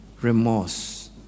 remorse